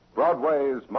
Broadway's